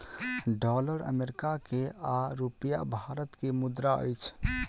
dollar America के आ रूपया भारत के मुद्रा अछि